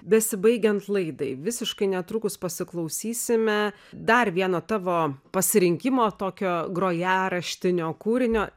besibaigiant laidai visiškai netrukus pasiklausysime dar vieno tavo pasirinkimo tokio grojaraštinio kūrinio